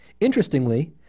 Interestingly